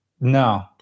No